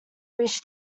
wish